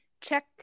check